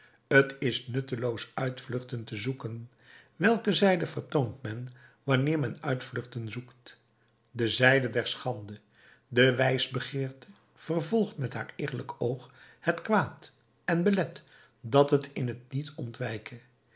t is nutteloos uitvluchten te zoeken welke zijde vertoont men wanneer men uitvluchten zoekt de zijde der schande de wijsbegeerte vervolgt met haar eerlijk oog het kwaad en belet dat het in t niet ontwijke